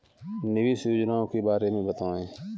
निवेश योजनाओं के बारे में बताएँ?